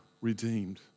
redeemed